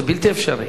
זה בלתי אפשרי.